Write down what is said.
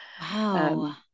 Wow